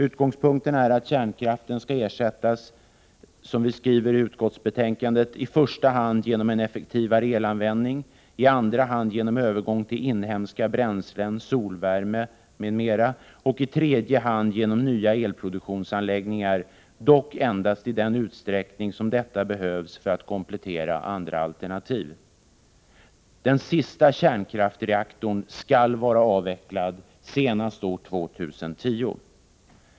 Utgångspunkten är att kärnkraften skall ersättas, som vi skriver i utskottsbetänkandet, i första hand genom en effektivare elanvändning, i andra hand genom en övergång till inhemskt bränsle, solvärme m.m., och i tredje hand genom nya elproduktionsanläggningar, dock endast i den utsträckning som detta behövs för att komplettera andra alternativ. Den sista kärnkraftsreaktorn skall vara avvecklad senast år 2010.